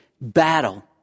battle